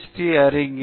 D Arignar